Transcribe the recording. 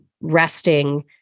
resting